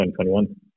2021